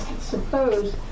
suppose